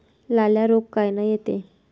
लाल्या रोग कायनं येते?